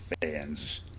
fans